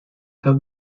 have